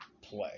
play